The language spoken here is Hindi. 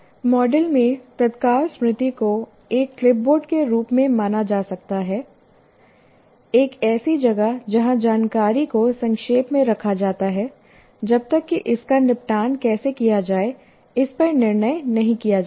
मॉडल में तत्काल स्मृति को एक क्लिपबोर्ड के रूप में माना जा सकता है एक ऐसी जगह जहां जानकारी को संक्षेप में रखा जाता है जब तक कि इसका निपटान कैसे किया जाए इस पर निर्णय नहीं किया जाता है